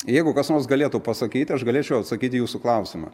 jeigu kas nors galėtų pasakyti aš galėčiau atsakyt į jūsų klausimą